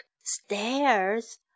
stairs